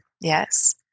Yes